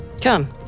Come